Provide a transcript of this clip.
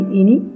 ini